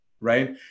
Right